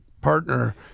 partner